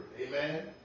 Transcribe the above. Amen